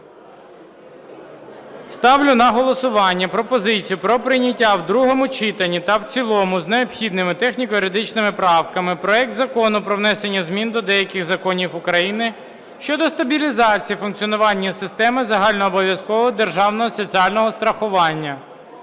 Ставлю на голосування пропозицію про прийняття в другому читанні та в цілому з необхідними техніко-юридичними правками проект Закону про внесення змін до деяких законів України щодо стабілізації функціонування системи загальнообов'язкового державного соціального страхування.